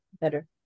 better